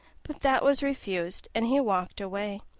but that was refused, and he walked away.